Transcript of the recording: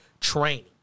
training